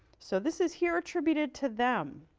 so this is here attributed to them.